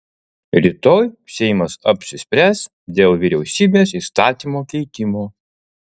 rytoj seimas apsispręs dėl vyriausybės įstatymo keitimo